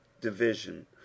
Division